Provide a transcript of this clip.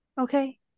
Okay